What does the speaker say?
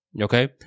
okay